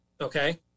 Okay